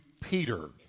Peter